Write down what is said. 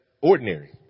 ordinary